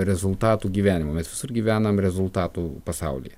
rezultatų gyvenimo mes visur gyvenam rezultatų pasaulyje